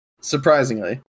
surprisingly